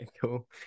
Cool